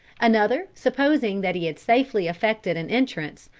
another, supposing that he had safely effected an entrance,